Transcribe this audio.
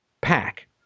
pack